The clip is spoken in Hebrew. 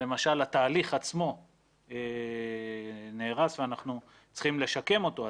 למשל התהליך עצמו נהרס ואנחנו צריכים לשקם אותו,